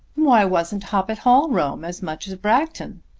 why wasn't hoppet hall rome as much as bragton?